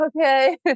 okay